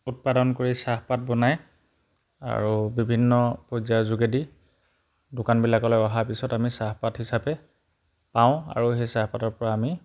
উৎপাদন কৰি চাহপাত বনায় আৰু বিভিন্ন পৰ্যায়ৰ যোগেদি দোকানবিলাকলৈ অহাৰ পিছত আমি চাহপাত হিচাপে পাওঁ আৰু সেই চাহপাতৰপৰা আমি